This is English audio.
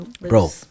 Bro